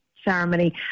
ceremony